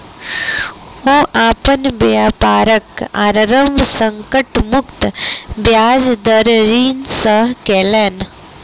ओ अपन व्यापारक आरम्भ संकट मुक्त ब्याज दर ऋण सॅ केलैन